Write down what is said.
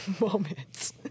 moments